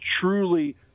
truly